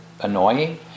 annoying